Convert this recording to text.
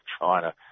China